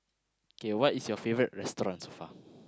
okay what is your favourite restaurant so far